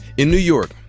in new york,